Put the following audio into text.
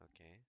Okay